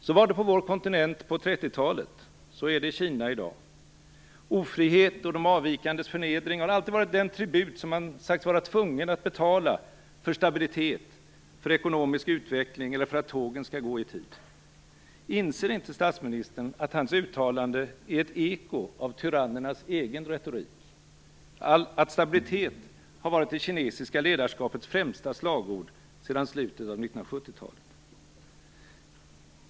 Så var det på vår kontinent på 30-talet. Så är det i Kina i dag. Ofrihet och de avvikandes förnedring har alltid varit den tribut som man har sagts vara tvungen att betala för stabilitet, för ekonomisk utveckling eller för att tågen skall gå i tid. Inser inte statsministern att hans uttalande är ett eko av tyrannernas egen retorik? Inser han inte att stabilitet har varit det kinesiska ledarskapets främsta slagord sedan slutet av 1970-talet?